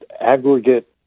aggregate